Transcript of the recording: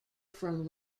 from